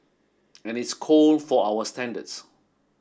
and it's cold for our standards